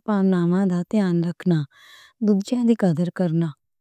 ہوندا ہے۔